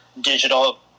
digital